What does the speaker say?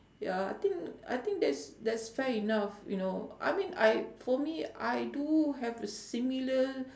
ya I think I think that's that's fair enough you know I mean I for me I do have a similar